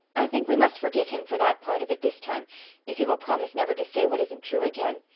i think we must forgive him for that part of it this time if he will promise never to say what isn't true again.